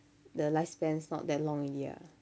the lifespan's not that long already ah